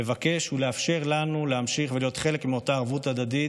לבקש ולאפשר לנו להמשיך להיות חלק מאותה ערבות ההדדית,